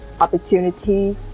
opportunity